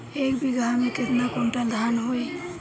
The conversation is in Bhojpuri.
एक बीगहा में केतना कुंटल धान होई?